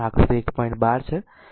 આ r આકૃતિ 1